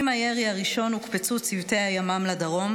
עם הירי הראשון הוקפצו צוותי הימ"מ לדרום,